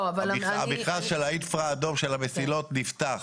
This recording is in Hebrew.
המכרז של האינפרה אדום של המסילות נפתח.